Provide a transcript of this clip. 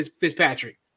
Fitzpatrick